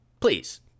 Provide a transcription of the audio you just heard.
Please